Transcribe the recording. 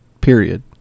period